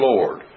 Lord